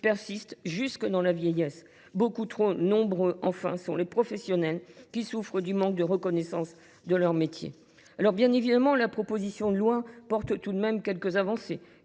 persistent jusque dans la vieillesse. Beaucoup trop nombreux, enfin, sont les professionnels qui souffrent du manque de reconnaissance de leur métier. Bien évidemment, la proposition de loi contient tout de même quelques avancées,